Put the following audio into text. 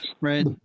right